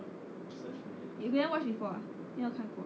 you never watch before ah 没有看过